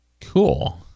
Cool